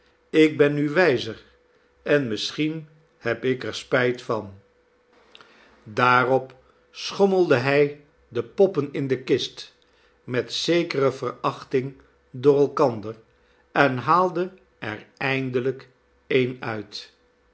ik ben nu wijzer en misschien heb ik er spijt van daarop schommelde hij de poppen in de kist met zekere verachting door elkander en haalde er eindelijk eene uit